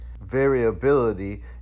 variability